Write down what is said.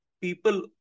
people